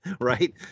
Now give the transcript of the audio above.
right